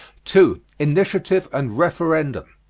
two. initiative and referendum.